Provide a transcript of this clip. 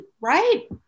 Right